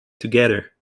together